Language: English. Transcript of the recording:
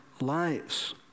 lives